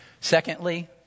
Secondly